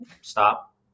stop